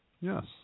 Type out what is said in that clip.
Yes